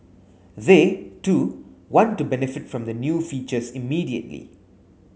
they too want to benefit from the new features immediately